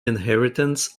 inheritance